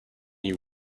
you